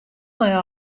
mei